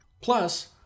Plus